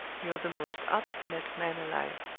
you're the most obstinate man alive.